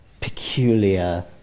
peculiar